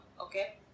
okay